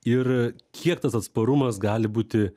ir kiek tas atsparumas gali būti